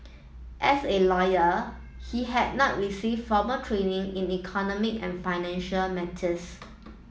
as a lawyer he had not received formal training in economic and financial matters